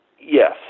Yes